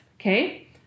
Okay